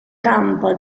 campo